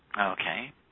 Okay